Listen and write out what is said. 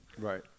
Right